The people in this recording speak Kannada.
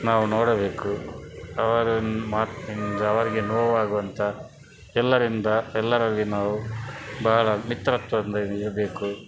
ನಾವು ನೋಡಬೇಕು ಅವರ ಮಾತಿನಿಂದ ಅವರಿಗೆ ನೋವಾಗುವಂತಹ ಎಲ್ಲರಿಂದ ಎಲ್ಲರಲ್ಲಿ ನಾವು ಭಾಳ ಮಿತ್ರತ್ವದಿಂದ ಇರು ಇರಬೇಕು